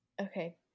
okay